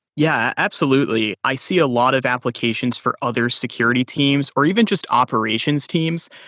yeah, absolutely. i see a lot of applications for other security teams or even just operations teams.